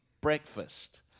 breakfast